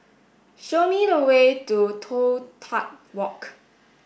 show me the way to Toh Tuck Walk